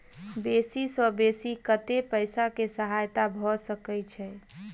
बेसी सऽ बेसी कतै पैसा केँ सहायता भऽ सकय छै?